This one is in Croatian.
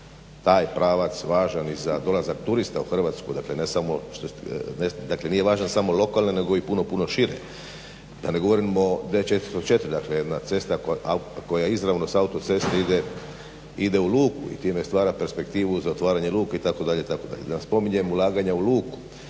taj pravac važan i za dolazak turista u Hrvatsku. Dakle, ne samo, dakle nije važan samo lokalno nego i puno, puno šire, da ne govorimo da je 404 dakle jedna cesta koja izravno s autoceste ide u luku i time stvara perspektivu za otvaranje luke itd. itd. Da ne spominjem ulaganje u luku.